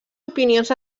opinions